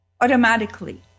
automatically